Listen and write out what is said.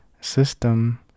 system